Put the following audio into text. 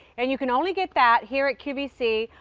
and you can only get that here at qvc.